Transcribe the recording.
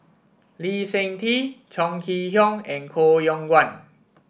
Lee Seng Tee Chong Kee Hiong and Koh Yong Guan